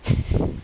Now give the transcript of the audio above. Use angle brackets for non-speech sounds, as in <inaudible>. <laughs>